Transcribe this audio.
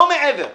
לא מעבר לכך.